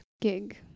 gig